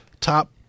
top